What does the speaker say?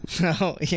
No